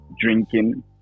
drinking